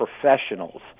professionals